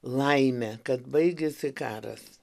laimė kad baigėsi karas